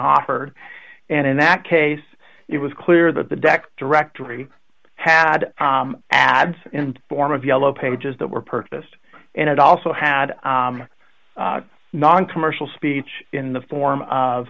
offered and in that case it was clear that the deck directory had ads and form of yellow pages that were purchased and it also had a noncommercial speech in the form of